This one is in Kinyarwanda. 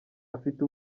afite